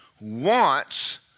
wants